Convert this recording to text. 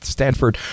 Stanford